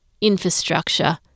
infrastructure